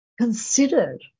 considered